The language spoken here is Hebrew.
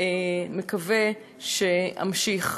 מקווה שאמשיך.